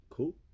Cool